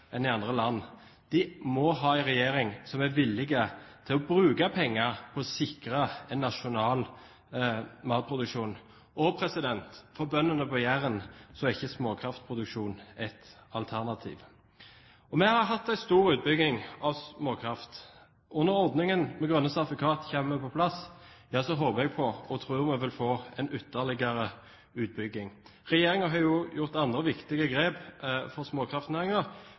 enn i andre land. De må ha en regjering som er villig til å bruke penger på å sikre en nasjonal matproduksjon. For bøndene på Jæren er ikke småkraftproduksjon et alternativ. Vi har hatt stor utbygging av småkraft. Når ordningen med grønne sertifikat kommer på plass, håper og tror jeg vi vil få ytterligere utbygging. Regjeringen har gjort andre viktige grep for